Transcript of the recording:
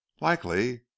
Likely